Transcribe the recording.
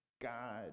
God